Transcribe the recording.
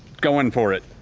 going for it,